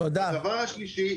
הדבר השלישי,